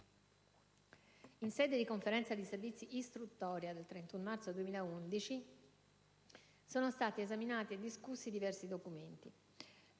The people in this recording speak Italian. In sede di Conferenza dei servizi istruttoria del 31 marzo 2011 sono stati esaminati e discussi diversi documenti.